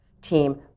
team